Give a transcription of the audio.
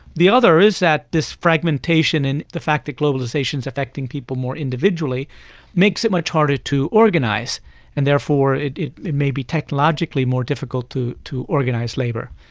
the other is that this fragmentation and the fact that globalisation is affecting people more individually makes it much harder to organise and therefore it it may be technologically more difficult to to organise labour.